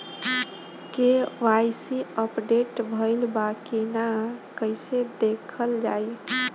KYC update भइल बा कि ना कइसे देखल जाइ?